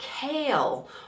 kale